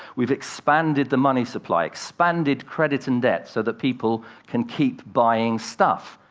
we've expanded the money supply, expanded credit and debt, so that people can keep buying stuff.